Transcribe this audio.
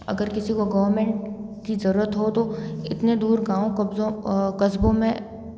अगर किसी को गवर्नमेंट की ज़रूरत हो तो इतने दूर गाँव कस्बों में